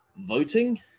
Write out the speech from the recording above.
voting